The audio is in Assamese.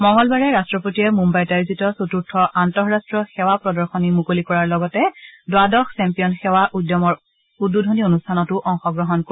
মঙলবাৰে ৰাট্টপতিয়ে মুন্বাইত আয়োজিত চতুৰ্থ আন্তঃৰাট্টীয় সেৱা প্ৰদশনী মুকলি কৰাৰ লগতে দ্বাদশ চেম্পিয়ন সেৱা উদ্যমৰ উদ্বোধনী অনুষ্ঠানত অংশগ্ৰহণ কৰিব